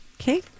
okay